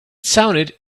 sounded